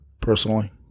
personally